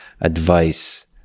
advice